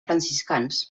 franciscans